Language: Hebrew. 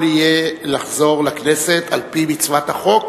הוא יכול יהיה לחזור לכנסת על-פי מצוות החוק